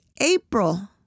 April